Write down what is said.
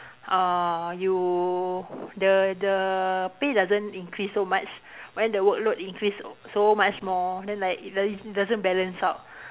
uh you the the pay doesn't increase so much but then the workload increase so much more then like it does doesn't balance out